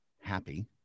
happy